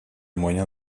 moyen